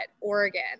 Oregon